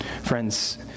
Friends